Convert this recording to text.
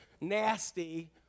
nasty